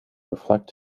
reflect